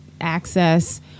access